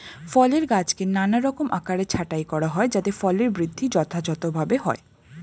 ফলের গাছকে নানারকম আকারে ছাঁটাই করা হয় যাতে ফলের বৃদ্ধি যথাযথভাবে হয়